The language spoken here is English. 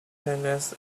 tennis